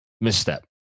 misstep